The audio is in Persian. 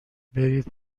برید